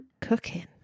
cooking